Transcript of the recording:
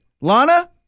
Lana